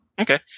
Okay